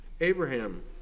Abraham